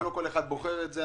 לא כל אחד בוחר את זה,